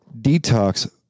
detox